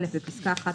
בפסקה (1),